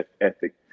ethic